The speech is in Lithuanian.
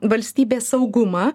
valstybės saugumą